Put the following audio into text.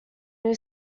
new